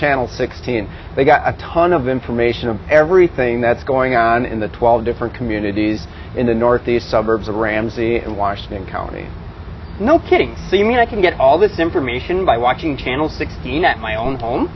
channel sixteen they've got a ton of information on everything that's going on in the twelve different communities in the northeast suburbs of ramsey and washington counties no kidding you mean i can get all this information by watching channel sixteen at my own home